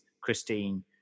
Christine